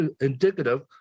indicative